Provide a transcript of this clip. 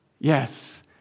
Yes